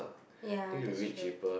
ya that's true